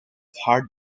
hard